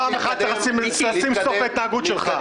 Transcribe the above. פעם אחת צריך לשים סוף להתנהגות שלך.